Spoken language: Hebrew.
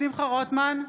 שמחה רוטמן,